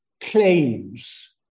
claims